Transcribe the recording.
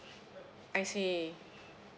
I see